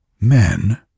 men